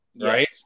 right